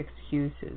excuses